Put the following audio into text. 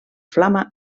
flama